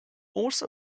also